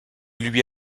lui